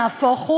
נהפוך הוא,